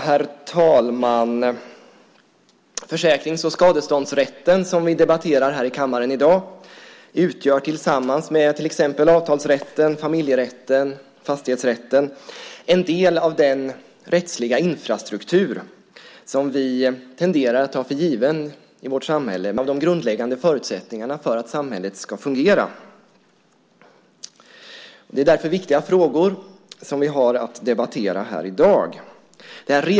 Herr talman! Försäkrings och skadeståndsrätten som vi debatterar här i kammaren i dag utgör tillsammans med till exempel avtalsrätten, familjerätten och fastighetsrätten en del av den rättsliga infrastruktur som vi tenderar att ta för given i vårt samhälle, men som utgör en av de grundläggande förutsättningarna för att samhället ska fungera. Det är därför viktiga frågor som vi debatterar här i dag.